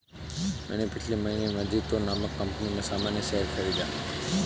मैंने पिछले महीने मजीतो नामक कंपनी में सामान्य शेयर खरीदा